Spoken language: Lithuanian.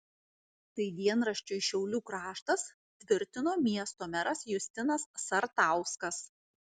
tai dienraščiui šiaulių kraštas tvirtino miesto meras justinas sartauskas